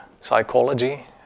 psychology